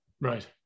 Right